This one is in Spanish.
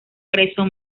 preso